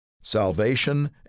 salvation